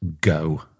go